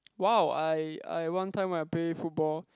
!wow! I I one time I play football